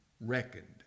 reckoned